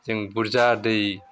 जों बुरजा दै